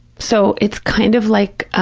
so, it's kind of like,